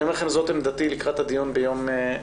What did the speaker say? אני אומר לכם את זה לקראת הדיון ביום חמישי.